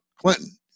Clinton